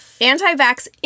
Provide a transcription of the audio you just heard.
Anti-vax